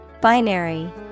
Binary